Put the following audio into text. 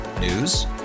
News